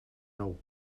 nou